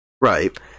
right